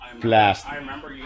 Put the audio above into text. blast